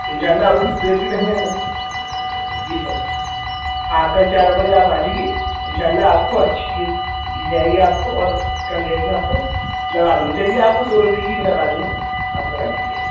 ان شاء اللہ جی سر ہاں کل چار بجے آپ آ جائیے ان شاء اللہ آپ کو اچھی چیز مل جائے گی آپ کو اور کم ریٹ میں آپ کو لگا دوں گا چلیے آپ کو دو روپئے کی بھی لگا دوں گا آپ کرا لیجیے گا